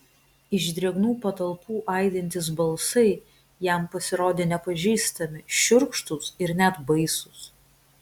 iš drėgnų patalpų aidintys balsai jam pasirodė nepažįstami šiurkštūs ir net baisūs